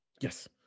Yes